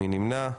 מי נמנע?